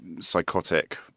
psychotic